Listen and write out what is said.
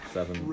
Seven